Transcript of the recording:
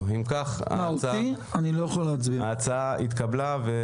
הצבעה נתקבל ההצעה התקבלה.